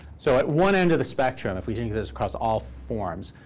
so at one end of the spectrum, if we think of this across all forms,